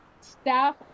staff